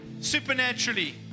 supernaturally